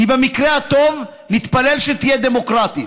היא, במקרה הטוב, נתפלל שתהיה דמוקרטית.